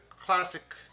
classic